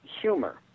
humor